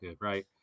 right